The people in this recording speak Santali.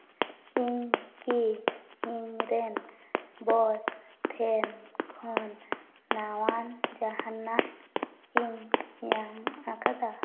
ᱤᱧ ᱠᱤ ᱤᱧ ᱨᱮᱱ ᱵᱚᱥ ᱴᱷᱮᱱ ᱠᱷᱚᱱ ᱱᱟᱣᱟᱱ ᱡᱟᱦᱟᱱᱟᱜ ᱤᱧ ᱧᱟᱢ ᱟᱠᱟᱫᱟ